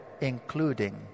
including